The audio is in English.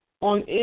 on